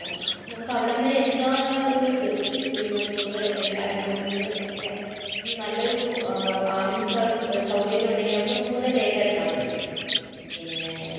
അപ്പോൾ നമുക്ക് അവിടെ വരെ എത്താനുള്ള ഒരിത് ഒരു ഒരു മണിക്കൂർ അല്ലെങ്കിലരമണിക്കൂർ ഒക്കെ നല്ലൊരു ആംബുലൻസ് സൗകര്യമുണ്ടെങ്കിൽ നമുക്ക് കുറച്ചും കൂടെ വേഗമെത്താൻ പറ്റും പിന്നെ